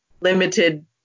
limited